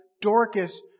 Dorcas